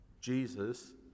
Jesus